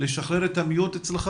שלום לכולם.